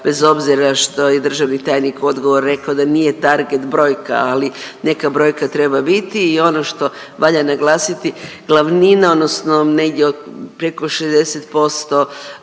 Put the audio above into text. bez obzira što je državni tajnik u odgovoru rekao da nije target brojka, ali neka brojka treba biti. I ono što valja naglasiti glavnina, odnosno negdje od preko 60%